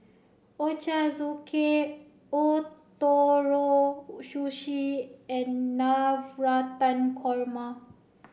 Ochazuke Ootoro Sushi and Navratan Korma